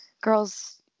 girls